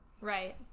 Right